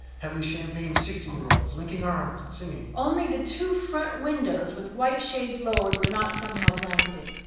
heavily champagned sixty year-olds, liking arms and singing. only the two front windows with white shades lowered were not somehow blanketed.